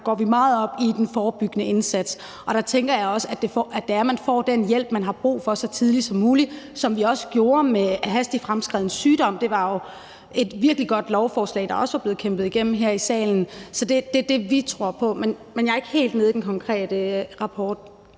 går vi meget op i den forebyggende indsats, og der tænker jeg også, at det er, at man får den hjælp, man har brug for så tidligt som muligt, hvilket vi også indførte i forhold til hastigt fremadskridende sygdom. Det var jo et virkelig godt lovforslag, der blev kæmpet igennem her i salen. Så det er det, vi tror på. Men jeg er ikke helt inde i den konkrete rapport.